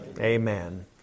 Amen